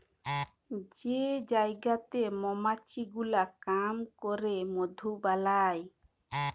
যে জায়গাতে মমাছি গুলা কাম ক্যরে মধু বালাই